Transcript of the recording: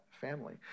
family